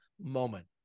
moment